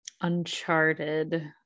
Uncharted